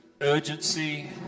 urgency